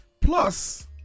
plus